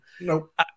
Nope